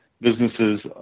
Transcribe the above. businesses